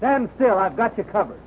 then still i've got to cover